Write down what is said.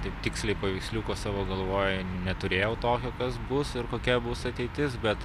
taip tiksliai paveiksliuko savo galvoj neturėjau tokio kas bus ir kokia bus ateitis bet